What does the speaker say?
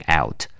out